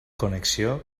connexió